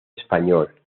español